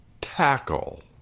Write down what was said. Tackle